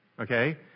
Okay